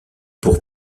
pour